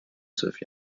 zwölf